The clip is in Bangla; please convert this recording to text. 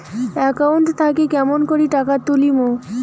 একাউন্ট থাকি কেমন করি টাকা তুলিম?